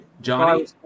Johnny